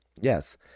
Yes